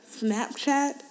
Snapchat